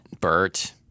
Bert